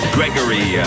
Gregory